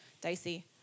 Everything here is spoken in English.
dicey